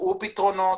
מצאו פתרונות.